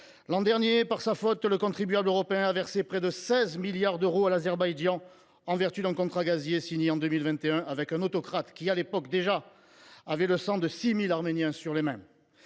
L’an dernier, par sa faute, le contribuable européen a versé près de 16 milliards d’euros à l’Azerbaïdjan, en vertu d’un contrat gazier signé en 2021 avec un autocrate qui, à l’époque, avait déjà le sang de 6 000 Arméniens sur les mains.